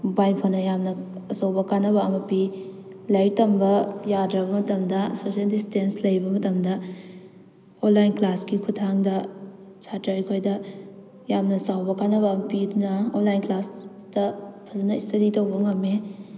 ꯃꯣꯕꯥꯏꯅ ꯐꯣꯟꯅ ꯌꯥꯝꯅ ꯑꯆꯧꯕ ꯀꯥꯟꯅꯕ ꯑꯃ ꯄꯤ ꯂꯥꯏꯔꯤꯛ ꯇꯝꯕ ꯌꯥꯗ꯭ꯔꯕ ꯃꯇꯝꯗ ꯁꯣꯁꯤꯌꯦꯟ ꯗꯤꯁꯇꯦꯟꯁ ꯂꯩꯕ ꯃꯇꯝꯗ ꯑꯣꯟꯂꯥꯏꯟ ꯀ꯭ꯂꯥꯁꯀꯤ ꯈꯨꯊꯥꯡꯗ ꯁꯥꯇ꯭ꯔ ꯑꯩꯈꯣꯏꯗ ꯌꯥꯝꯅ ꯆꯥꯎꯕ ꯀꯥꯟꯅꯕ ꯑꯃ ꯄꯤ ꯑꯗꯨꯅ ꯑꯣꯟꯂꯥꯏꯟ ꯀ꯭ꯂꯥꯁꯇ ꯐꯖꯅ ꯁ꯭ꯇꯗꯤ ꯇꯧꯕ ꯉꯝꯃꯤ